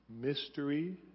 mystery